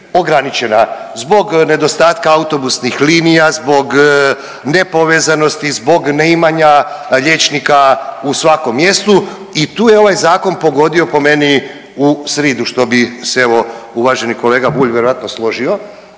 ograničena zbog nedostatka autobusnih linija, zbog nepovezanosti, zbog neimanja liječnika u svakom mjestu i tu je ovaj zakon pogodio po meni u sridu što bi se evo uvaženi kolega Bulj vjerojatno složio.